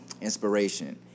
inspiration